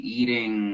eating